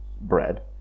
bread